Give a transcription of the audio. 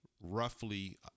Roughly